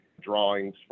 drawings